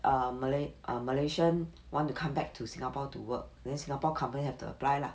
err malay~ err malaysian want to come back to singapore to work then singapore companies have to apply lah